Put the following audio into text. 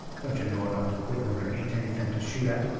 don't yeh know enough t' quit when there ain't anything t' shoot at?